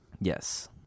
Yes